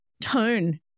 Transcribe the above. tone